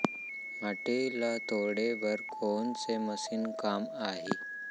माटी ल तोड़े बर कोन से मशीन काम आही?